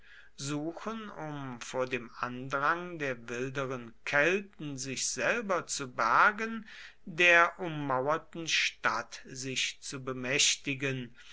suchen um vor dem andrang der wilderen kelten sich selber zu bergen der ummauerten stadt sich zu bemächtigen